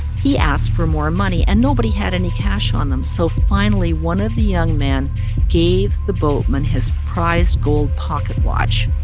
he asked for more money, and nobody had any cash on them. so finally, one of the young men gave the boatman his prized gold pocket watch